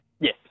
Yes